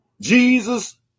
jesus